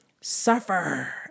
suffer